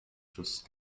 schützt